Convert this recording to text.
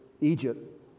Egypt